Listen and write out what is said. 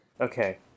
Okay